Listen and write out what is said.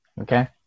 Okay